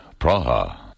Praha